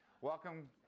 Welcome